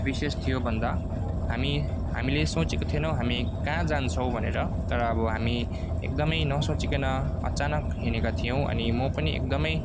विशेष थियो भन्दा हामी हामीले सोचेको थिएनौ हामी कहाँ जान्छौँ भनेर तर अब हामी एकदम नसोचीकन अचानक हिँडेका थियौँ अनि म पनि एकदम